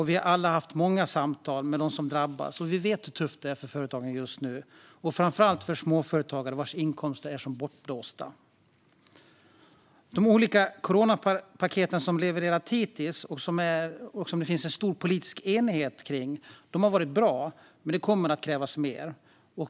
Vi har alla haft många samtal med dem som drabbas, och vi vet hur tufft det är för företagen just nu. Framför allt är det småföretagare vars inkomster är som bortblåsta. De olika coronapaket som levererats hittills och som det finns en stor politisk enighet kring har varit bra, men det kommer att krävas mer.